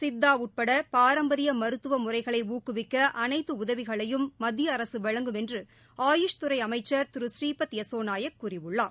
சித்தா உட்பட பாரம்பரிய மருத்துவ முறைகளை ஊக்குவிக்க அனைத்து உதவிகளையும் மத்திய அரசு வழங்கும் என்று ஆயுஷ் துறை அமைச்சர் திரு பூரீபத் யசோ நாயக் கூறியுள்ளார்